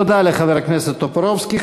תודה לחבר הכנסת טופורובסקי.